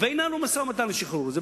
וינהלו משא-ומתן לשחרור.